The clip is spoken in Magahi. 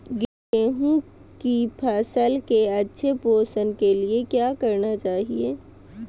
गेंहू की फसल के अच्छे पोषण के लिए क्या करना चाहिए?